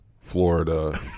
Florida